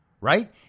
Right